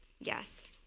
Yes